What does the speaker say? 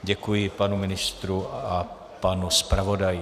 Děkuji panu ministrovi a panu zpravodaji.